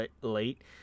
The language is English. late